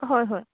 হয় হয়